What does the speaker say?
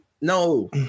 No